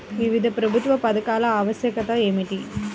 వివిధ ప్రభుత్వ పథకాల ఆవశ్యకత ఏమిటీ?